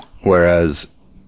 whereas